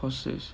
horses